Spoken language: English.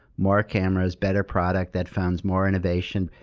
more cameras, better product, that founds more innovation.